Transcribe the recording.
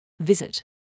Visit